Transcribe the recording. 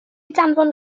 danfon